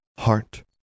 Heart